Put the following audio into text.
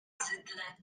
zydle